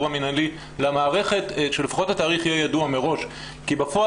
המינהלי למערכת כך שלפחות התאריך יהיה ידוע מראש כי בפועל